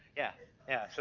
yeah, yeah. so